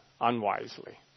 unwisely